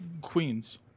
queens